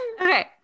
Okay